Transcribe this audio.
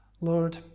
Lord